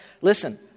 Listen